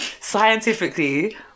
scientifically